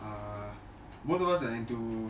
uh what was I into